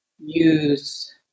use